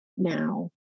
now